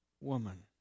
woman